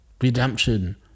redemption